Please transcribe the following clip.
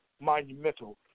monumental